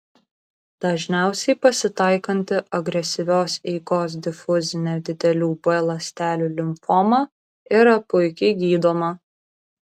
dažniausiai pasitaikanti agresyvios eigos difuzinė didelių b ląstelių limfoma yra puikiai gydoma